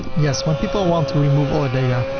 yes. when people want to remove all the data,